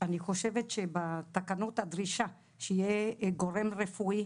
אני חושבת שבתקנות הדרישה שיהיה גורם רפואי,